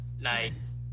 Nice